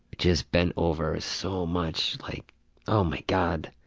just bent over so much, like oh my god.